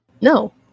no